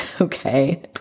Okay